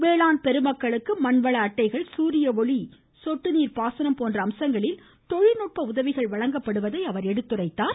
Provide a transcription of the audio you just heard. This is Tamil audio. வேளாண் பெருமக்களுக்கு மண்வள அட்டைகள் சூரிய ஒளி சொட்டு நீர் பாசனம் போன்ற அம்சங்களில் தொழில்நுட்ப உதவிகள் வழங்கப்படுவதாக அவர் எடுத்துரைத்தார்